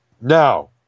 Now